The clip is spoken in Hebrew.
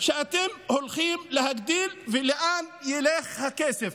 שאתם הולכים להגדיל ולאן ילך הכסף.